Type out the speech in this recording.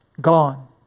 Gone